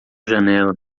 janela